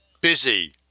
busy